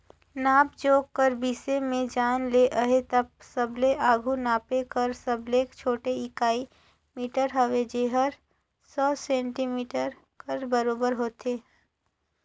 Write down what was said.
नाप जोख कर बिसे में जाने ले अहे ता सबले आघु नापे कर सबले छोटे इकाई मीटर हवे जेहर सौ सेमी कर बराबेर होथे